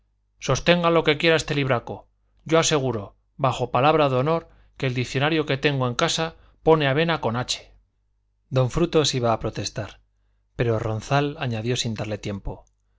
sostenga lo que quiera ese libraco yo aseguro bajo palabra de honor que el diccionario que tengo en casa pone avena con h don frutos iba a protestar pero ronzal añadió sin darle tiempo